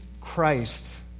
Christ